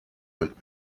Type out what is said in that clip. went